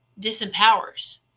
Disempowers